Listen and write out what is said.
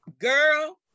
Girl